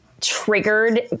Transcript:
Triggered